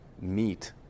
meet